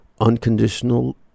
unconditional